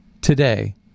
today